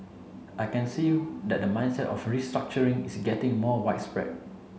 I can see you that the mindset of restructuring is getting more widespread